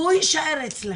והוא יישאר אצלכם,